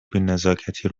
بینزاکتی